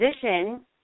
position